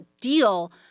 deal